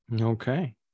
Okay